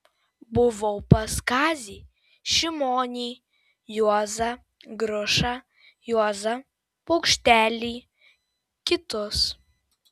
buvau pas kazį šimonį juozą grušą juozą paukštelį kitus